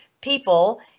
people